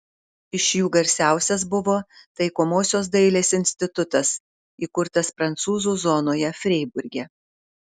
iš jų garsiausias buvo taikomosios dailės institutas įkurtas prancūzų zonoje freiburge